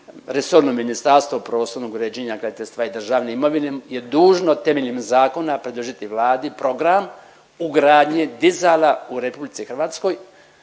resorno Ministarstvo prostornog uređenja, graditeljstva i državne imovine je dužno temeljem zakona predložiti Vladi program ugradnje dizala u RH u mandatu